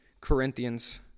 Corinthians